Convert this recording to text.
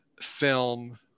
film